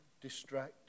distract